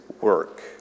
work